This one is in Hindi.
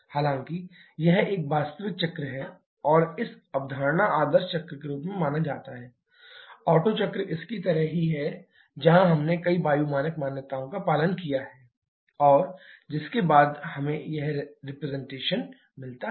हालांकि यह एक वास्तविक चक्र है और इस अवधारणा आदर्श चक्र के रूप में माना जाता है ओटो चक्र इसकी तरह ही है जहां हमने कई वायु मानक मान्यताओं का पालन किया है और जिसके बाद हमें यह रिप्रेजेंटेशन मिलता है